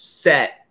set